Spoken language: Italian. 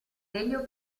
elio